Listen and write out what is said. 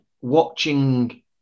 watching